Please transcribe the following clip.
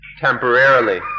temporarily